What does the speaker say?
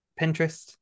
Pinterest